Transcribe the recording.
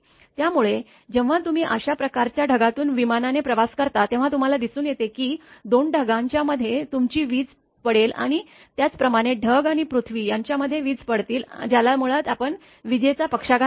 त्यामुळे जेव्हा तुम्ही अशा प्रकारच्या ढगातून विमानाने प्रवास करता तेव्हा तुम्हाला दिसून येते की 2 ढगांच्या मध्ये तुमची वीज पडेल आणि त्याचप्रमाणे ढग आणि पृथ्वी यांच्यामध्ये वीज पडतील ज्याला मुळात आपण विजेचा पक्षाघात म्हणतो